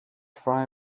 fry